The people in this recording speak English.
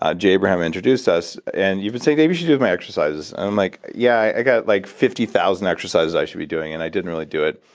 ah jay abraham introduced us. and you've been saying, dave, you should do my exercises. i'm like, yeah, i got like fifty thousand exercises i should be doing. and i didn't really do it.